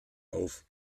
auf